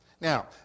Now